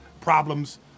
problems